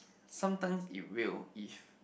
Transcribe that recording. sometimes you will if